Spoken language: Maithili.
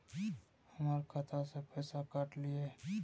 हमर खाता से पैसा काट लिए?